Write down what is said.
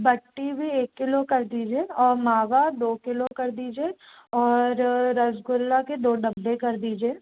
बट्टी भी एक किलो कर दीजिए और मावा दो किलो कर दीजिए और रसगुल्ला के दो डब्बे कर दीजिए